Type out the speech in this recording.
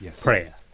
prayer